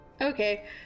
Okay